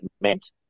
meant